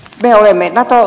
näin se on